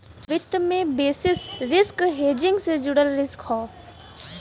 वित्त में basis risk hedging से जुड़ल रिस्क हौ